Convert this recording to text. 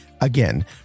again